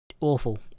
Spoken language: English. awful